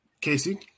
Casey